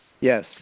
Yes